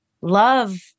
love